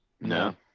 No